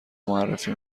معرفی